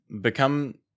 become